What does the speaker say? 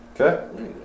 Okay